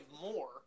more